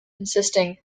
insisting